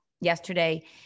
yesterday